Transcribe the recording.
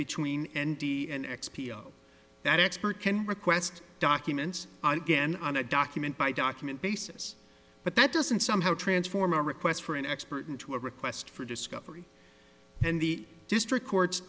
between andy and x p o that expert can request documents again on a document by document basis but that doesn't somehow transform a request for an expert in to a request for discovery and the district court's